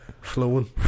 Flowing